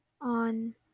on